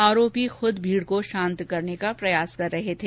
आरोपी खुद भीड को शांत करने का प्रयास कर रहे थे